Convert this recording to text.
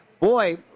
boy